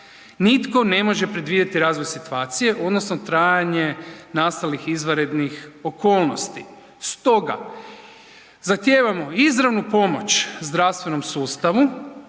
Nitko ne može predvidjeti razvoj situacije, odnosno trajanje nastalih izvanrednih okolnosti. Stoga, zahtijevamo izravnu pomoć zdravstvenom sustavu